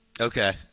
Okay